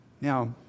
Now